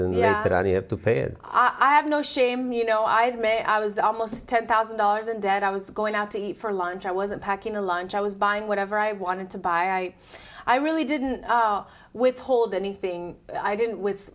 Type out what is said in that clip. pay it i have no shame you know i have made i was almost ten thousand dollars in debt i was going out to eat for lunch i wasn't packing a lunch i was buying whatever i wanted to buy i really didn't withhold anything i didn't with